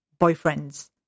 boyfriends